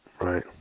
right